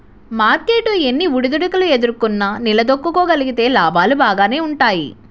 market ఎన్ని ఒడిదుడుకులు ఎదుర్కొన్నా నిలదొక్కుకోగలిగితే లాభాలు బాగానే వుంటయ్యి